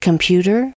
Computer